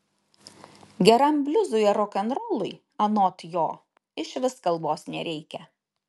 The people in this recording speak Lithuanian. geram bliuzui ar rokenrolui anot jo išvis kalbos nereikia